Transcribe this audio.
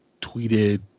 tweeted